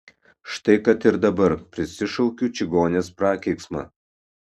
štai kad ir dabar prisišaukiu čigonės prakeiksmą